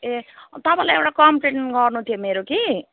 ए तपाईँलाई एउटा कम्प्लेन गर्नु थियो मेरो कि